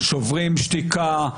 שוברים שתיקה,